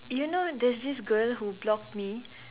you know there's this girl who blocked me